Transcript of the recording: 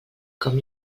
com